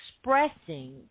expressing